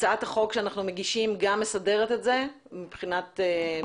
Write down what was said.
הצעת החוק שאנחנו מגישים גם מסדרת את זה מבחינה חוקית,